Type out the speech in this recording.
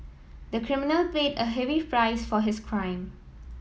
the criminal paid a heavy price for his crime